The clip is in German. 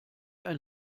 ein